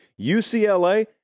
UCLA